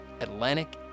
Atlantic